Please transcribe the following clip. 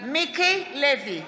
מיקי לוי,